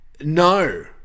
No